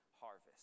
harvest